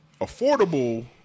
affordable